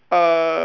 uh